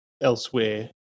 elsewhere